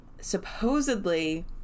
supposedly